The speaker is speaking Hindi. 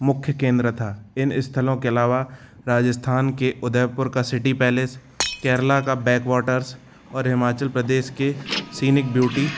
मुख्य केंद्र था इन स्थलों के अलावा राजस्थान का उदयपुर का सिटी पैलेस केरल के बैकवाटर्स और हिमाचल प्रदेश की सिनिक ब्यूटी